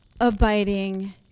abiding